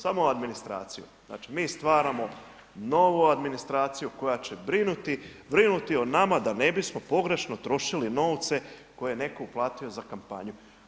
Samo administraciju, znači, mi stvaramo novu administraciju koja će brinuti o nama da ne bismo pogrešno trošili novce koje je netko uplatio za kampanju.